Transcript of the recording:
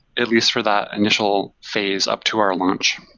at least for that initial phase up to our launch.